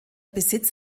besitz